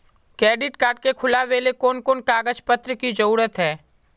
Credit card के खुलावेले कोन कोन कागज पत्र की जरूरत है?